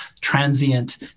transient